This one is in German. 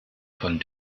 von